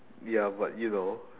ya but you know